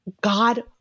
God